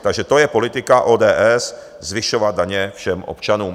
Takže to je politika ODS zvyšovat daně všem občanům.